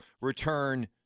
return